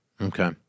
Okay